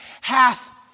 hath